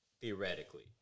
theoretically